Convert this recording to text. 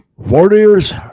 Warriors